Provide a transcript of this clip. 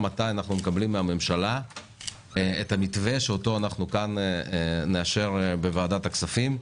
מתי אנחנו מקבלים מן הממשלה את המתווה שאותו נאשר בוועדת הכספים.